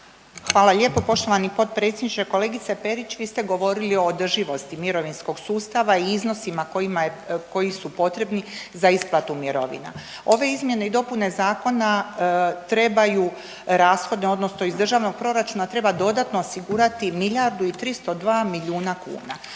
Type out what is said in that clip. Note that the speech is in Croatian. Hvala lijepo poštovani potpredsjedniče. Kolegice Perić vi ste govorili o održivosti mirovinskog sustava i iznosima koji su potrebni za isplatu mirovina. Ove izmjene i dopune zakona trebaju rashode odnosno iz državnog proračuna treba dodatno osigurati milijardu i 302 milijuna kuna.